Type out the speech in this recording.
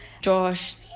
Josh